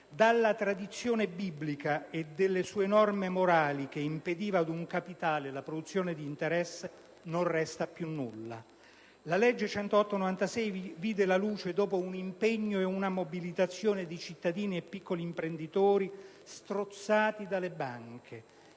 Della tradizione biblica e delle sue norme morali, che impedivano ad un capitale la produzione di interesse, non resta più nulla. La legge n. 108 del 1996 vide la luce dopo l'impegno e la mobilitazione di cittadini e piccoli imprenditori strozzati dalle banche.